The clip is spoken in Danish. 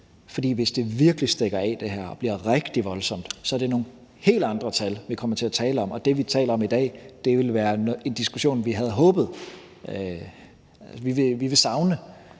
hvis det her virkelig stikker af og bliver rigtig voldsomt, er det nogle helt andre tal, vi kommer til at tale om. Det, vi taler om i dag, ville være en diskussion, vi ville savne.